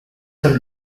some